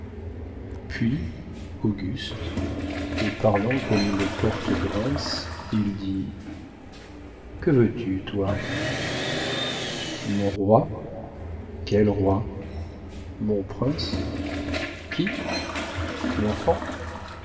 puis auguste et parlant comme une porte grince il dit que veux-tu toi mon roi quel roi mon prince qui l'enfant